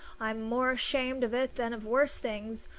i'm more ashamed of it than of worse things.